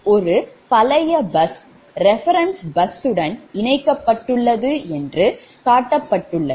ஒரு பழைய bus reference bus ஸுடன் இணைக்கப்பட்டுள்ளது என்று காட்டப்பட்டது